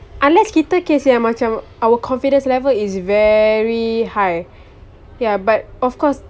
unless kita kes yang macam our confidence level is very high ya but of course